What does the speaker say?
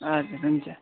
हजुर हुन्छ